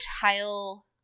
tile